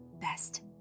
best